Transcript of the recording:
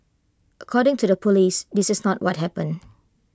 according to the Police this is not what happened